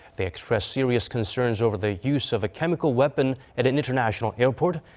they expressed serious concern over the use of a chemical weapon at an international airport.